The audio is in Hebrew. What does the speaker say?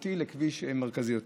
שכונתי לכביש מרכזי יותר.